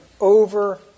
over